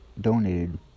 donated